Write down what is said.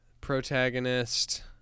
Protagonist